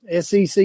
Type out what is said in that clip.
SEC